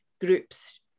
groups